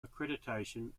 accreditation